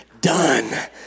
done